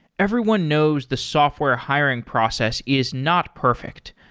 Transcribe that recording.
everyone knows the software hiring process is not perfect.